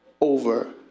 over